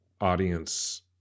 audience